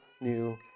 new